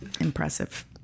impressive